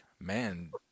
man